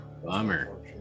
Bummer